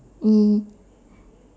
mm